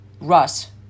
Russ